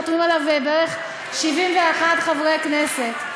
חתומים בערך 71 חברי כנסת,